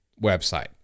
website